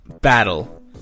battle